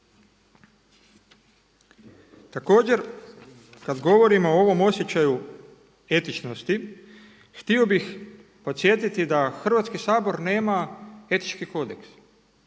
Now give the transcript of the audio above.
Također kada govorimo o ovom osjećaju etičnosti htio bih podsjetiti da Hrvatski sabor nema etički kodeks